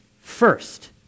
first